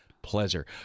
Pleasure